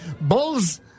Bulls